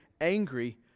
angry